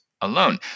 alone